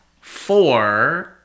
four